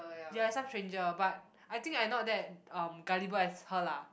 ya it's some stranger but I think I'm not that um gullible as her lah